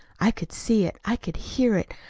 i could see it. i could hear it.